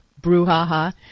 brouhaha